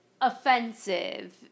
offensive